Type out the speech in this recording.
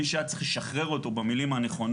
מי שהיה צריך לשחרר אותו במילים הנכונות,